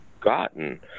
gotten